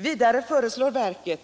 Vidare föreslås att verket